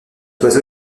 oiseau